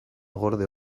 gorde